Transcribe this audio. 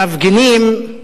המפגינים,